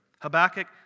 Habakkuk